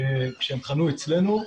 כשהם חנו אצלנו.